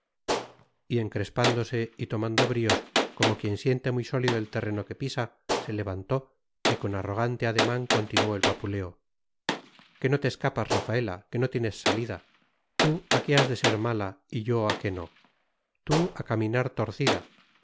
y encrespándose y tomando bríos como quien siente muy sólido el terreno que pisa se levantó y con arrogante ademán continuó el vapuleo que no te escapas rafaela que no tienes salida tú a que has de ser mala y yo a que no tú a caminar torcida